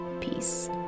Peace